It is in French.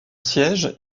siège